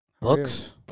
Books